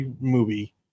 movie